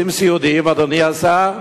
אדוני השר,